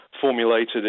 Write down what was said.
formulated